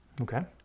okay?